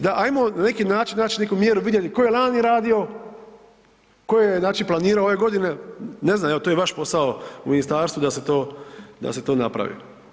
Da, ajmo na neki način nać neku mjeru, vidjeti ko je lani radio, ko je znači planiro ove godine, ne znam, evo to je vaš posao u ministarstvu da se to, da se to napravi.